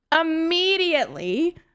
immediately